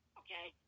okay